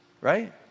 right